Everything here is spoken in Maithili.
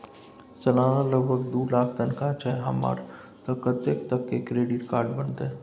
सलाना लगभग दू लाख तनख्वाह छै हमर त कत्ते तक के क्रेडिट कार्ड बनतै?